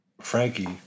Frankie